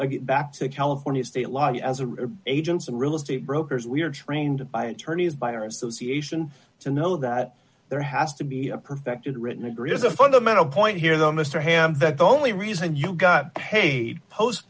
get back to california state law as a agents and real estate brokers we are trained by attorneys by our association to know that there has to be a perfected written agree is a fundamental point here though mr hamm that the only reason you got paid post